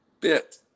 bit